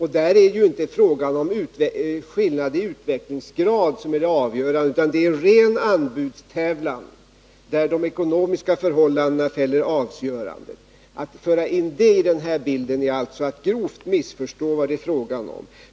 Här är det inte skillnaden i utvecklingsgrad som är det avgörande, utan det är ren anbudstävlan där de ekonomiska förhållandena fäller avgörandet. Att föra in det i den bild vi diskuterar är att grovt missförstå vad det är fråga om.